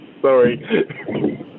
Sorry